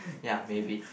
ya maybe